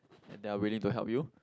and they are willing to help you